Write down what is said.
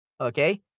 Okay